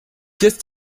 just